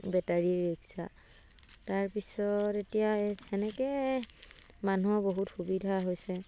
battery rickshaw তাৰপিছত এতিয়া তেনেকৈ মানুহৰ বহুত সুবিধা হৈছে